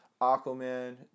Aquaman